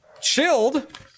Chilled